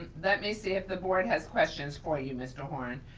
let me see if the board has questions for you, mr. horn.